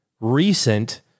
recent